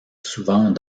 souvent